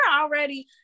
already